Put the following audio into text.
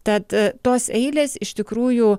tad tos eilės iš tikrųjų